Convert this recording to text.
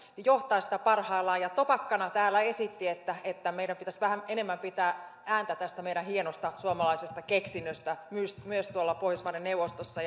johtaa sitä parhaillaan ja topakkana täällä esitti että että meidän pitäisi vähän enemmän pitää ääntä tästä meidän hienosta suomalaisesta keksinnöstämme myös tuolla pohjoismaiden neuvostossa